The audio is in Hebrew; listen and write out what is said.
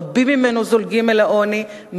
רבים ממנו זולגים אל העוני,